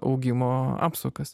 augimo apsukas